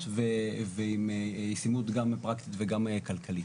ועם ישימות גם פרקטית וגם כלכלית.